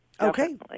Okay